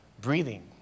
breathing